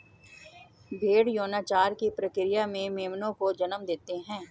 भ़ेड़ यौनाचार की प्रक्रिया से मेमनों को जन्म देते हैं